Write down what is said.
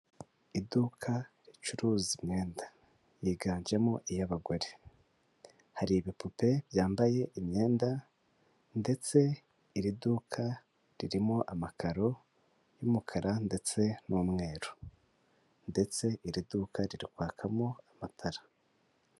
Iduka ricuruza imyenda, yiganjemo iy'abagore. Hari ibipupe byambaye imyenda, ndetse iri duka ririmo amakaro y'umukara ndetse n'umweru. Ndetse iri duka riri kwakamo amatara.